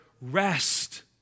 rest